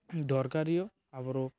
দৰকাৰীও আৰু